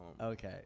okay